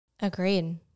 Agreed